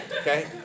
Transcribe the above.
okay